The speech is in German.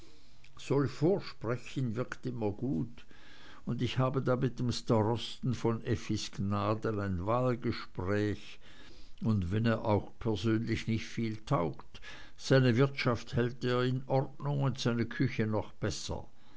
solch vorsprechen wirkt immer gut und ich habe dann mit dem starosten von effis gnaden ein wahlgespräch und wenn er auch persönlich nicht viel taugt seine wirtschaft hält er in ordnung und seine küche noch besser